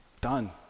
done